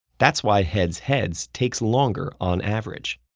that's why heads heads takes longer on average.